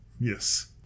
Yes